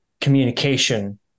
communication